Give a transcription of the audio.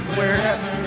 wherever